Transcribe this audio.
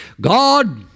God